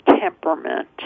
temperament